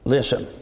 Listen